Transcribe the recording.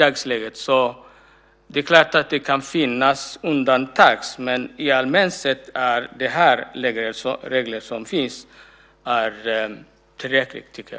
Det är klart att det kan finnas undantag, men allmänt sett är de regler som finns tillräckliga.